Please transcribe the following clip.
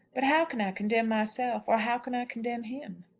but how can i condemn myself or how can i condemn him?